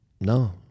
No